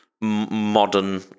modern